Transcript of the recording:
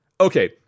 okay